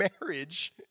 marriage